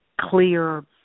clear